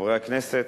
חברי הכנסת,